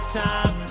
time